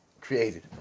created